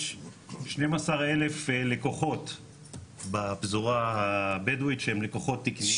יש 12 אלף לקוחות בפזורה הבדואית שהם לקוחות תקניים.